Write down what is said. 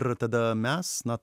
ir tada mes na